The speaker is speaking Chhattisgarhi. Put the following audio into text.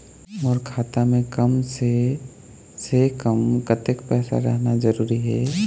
मोर खाता मे कम से से कम कतेक पैसा रहना जरूरी हे?